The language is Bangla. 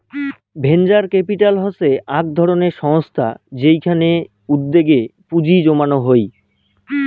ভেঞ্চার ক্যাপিটাল হসে আক ধরণের সংস্থা যেইখানে উদ্যোগে পুঁজি জমানো হই